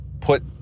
put